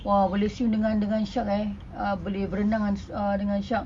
!wah! boleh swim dengan dengan shark eh ah boleh berenang dengan uh dengan shark